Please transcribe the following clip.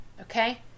okay